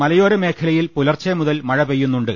മലയോരമേഖലയിൽ പുലർച്ചെമുതൽ മഴ പെയ്യുന്നുണ്ട്